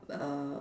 err